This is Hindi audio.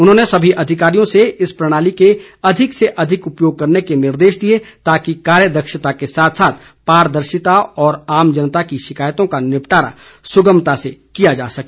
उन्होंने सभी अधिकारियों से इस प्रणाली के अधिक से अधिक उपयोग करने के निर्देश दिए ताकि कार्य दक्षता के साथ साथ पारदर्शिता और आम जनता की शिकायतों का निपटारा सुगमता से किया जा सके